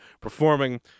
performing